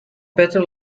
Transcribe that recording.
better